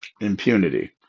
impunity